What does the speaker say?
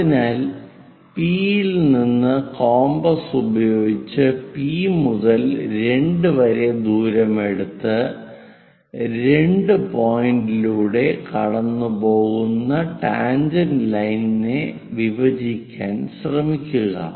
അതിനാൽ പി യിൽ നിന്ന് കോമ്പസ് ഉപയോഗിച്ച് പി മുതൽ 2 വരെ ദൂരം എടുത്ത് 2 പോയിന്റിലൂടെ കടന്നുപോകുന്ന ടാൻജെന്റ് ലൈനിനെ വിഭജിക്കാൻ ശ്രമിക്കുക